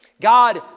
God